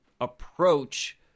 approach